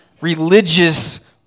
religious